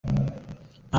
nta